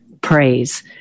praise